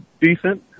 decent